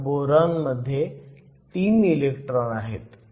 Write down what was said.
आता बोरॉन मध्ये 3 इलेक्ट्रॉन आहेत